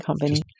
company